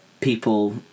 people